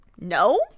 no